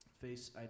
Face